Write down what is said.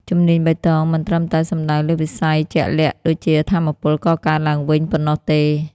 ជំនាញបៃតងមិនត្រឹមតែសំដៅលើវិស័យជាក់លាក់ដូចជាថាមពលកកើតឡើងវិញប៉ុណ្ណោះទេ។